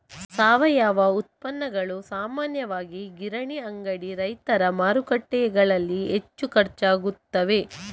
ಸಾವಯವ ಉತ್ಪನ್ನಗಳು ಸಾಮಾನ್ಯವಾಗಿ ಕಿರಾಣಿ ಅಂಗಡಿ, ರೈತರ ಮಾರುಕಟ್ಟೆಗಳಲ್ಲಿ ಹೆಚ್ಚು ಖರ್ಚಾಗುತ್ತವೆ